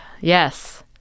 Yes